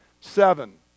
Seven